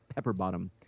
Pepperbottom